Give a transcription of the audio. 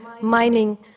mining